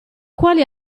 quali